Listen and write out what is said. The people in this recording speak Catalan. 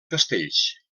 castells